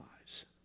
lives